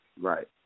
Right